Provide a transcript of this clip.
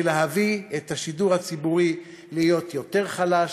להביא את השידור הציבורי להיות יותר חלש,